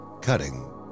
cutting